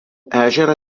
ežerą